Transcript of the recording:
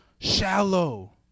shallow